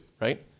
right